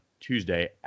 tuesday